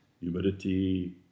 Humidity